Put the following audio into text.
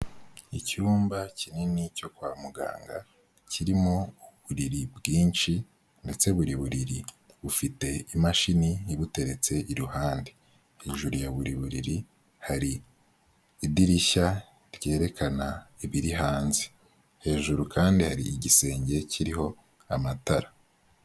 Icyumba kinini cyo kwa muganga kirimo uburiri bwinshi ndetse buri buriri bufite imashini ibuteretse iruhande, hejuru ya buri buriri hari idirishya ryerekana ibiri hanze, hejuru kandi hari igisenge kiriho amatara.